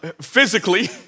Physically